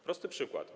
Prosty przykład.